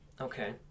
Okay